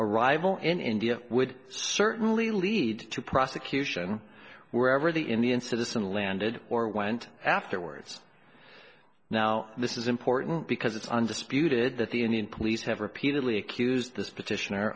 arrival in india would certainly lead to prosecution wherever the in the in citizen landed or went afterwards now this is important because it's undisputed that the indian police have repeatedly accused this petition